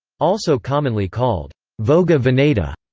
also commonly called voga veneta.